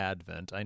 Advent